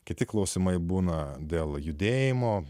kiti klausimai būna dėl judėjimo